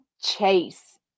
Chase